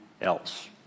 else